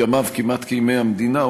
ימיו כמעט כימי המדינה.